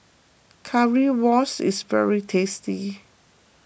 Currywurst is very tasty